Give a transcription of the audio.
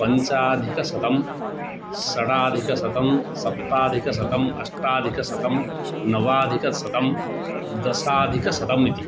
पञ्चाधिकशतं षडधिकशतं सप्ताधिकशतम् अष्टाधिकशतं नवाधिकशतं दशाधिकशतम् इति